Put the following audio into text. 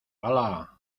hala